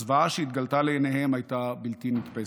הזוועה שהתגלתה לעיניהם הייתה בלתי נתפסת.